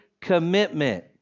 commitment